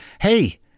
hey